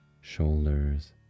shoulders